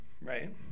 right